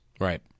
Right